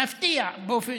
מפתיע באופן,